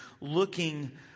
looking